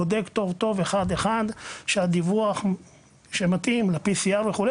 בודק טוב טוב אחד- אחד שהדיווח מתאים ל-PCR וכולי,